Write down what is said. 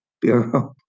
bureau